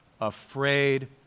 afraid